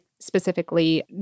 specifically